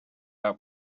out